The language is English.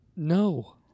No